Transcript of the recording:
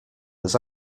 was